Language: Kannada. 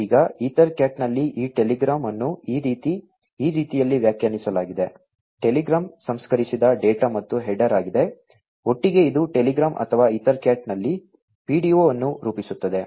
ಈಗ ಈಥರ್ಕ್ಯಾಟ್ನಲ್ಲಿ ಈ ಟೆಲಿಗ್ರಾಮ್ ಅನ್ನು ಈ ರೀತಿಯಲ್ಲಿ ವ್ಯಾಖ್ಯಾನಿಸಲಾಗಿದೆ ಟೆಲಿಗ್ರಾಮ್ ಸಂಸ್ಕರಿಸಿದ ಡೇಟಾ ಮತ್ತು ಹೆಡರ್ ಆಗಿದೆ ಒಟ್ಟಿಗೆ ಇದು ಟೆಲಿಗ್ರಾಮ್ ಅಥವಾ ಈಥರ್ಕ್ಯಾಟ್ನಲ್ಲಿ ಪಿಡಿಒ ಅನ್ನು ರೂಪಿಸುತ್ತದೆ